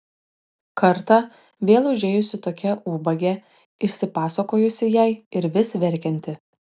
kartą vėl užėjusi tokia ubagė išsipasakojusi jai ir vis verkianti